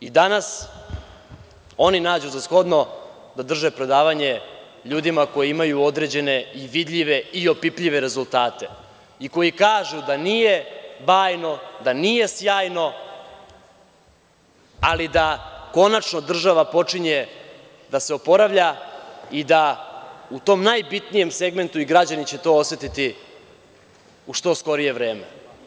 Danas oni nađu za shodno da drže predavanje ljudima koji imaju određene i vidljivi i opipljive rezultate i koji kažu da nije bajno, da nije sjajno, ali da konačno država počinje da se oporavlja i da u tom najbitnijem segmentu i građani će to osetiti u što skorije vreme.